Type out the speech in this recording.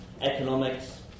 economics